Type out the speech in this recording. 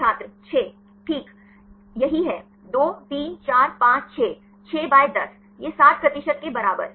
छात्र 6 ठीक यही है 2 3 4 5 6 6 by 10 यह 60 प्रतिशत के बराबर